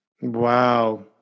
Wow